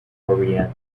coriander